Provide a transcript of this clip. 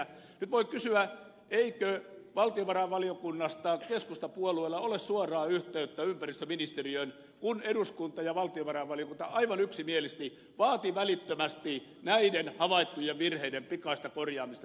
nyt voi kysyä eikö valtiovarainvaliokunnasta keskustapuolueella ole suoraa yhteyttä ympäristöministeriöön kun eduskunta ja valtiovarainvaliokunta aivan yksimielisesti viime marraskuussa vaativat välittömästi näiden havaittujen virheiden pikaista korjaamista